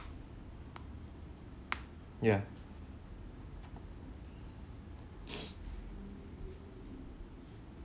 ya